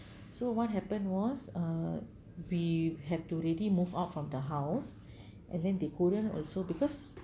so what happened was uh we have to ready move out from the house and then they couldn't also because